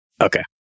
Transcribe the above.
okay